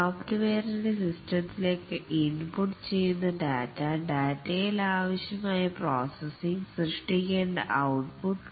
സോഫ്റ്റ്വെയറിൻറെ സിസ്റ്റത്തിലേക്ക് ഇൻപുട്ട് ചെയ്യുന്ന ഡാറ്റ ഡാറ്റയിൽ ആവശ്യമായ പ്രോസസ്സിംഗ് സൃഷിടിക്കേണ്ട ഔട്ട്പുട്ട്